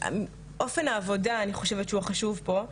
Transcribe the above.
אופן העבודה אני חושבת שהוא החשוב פה,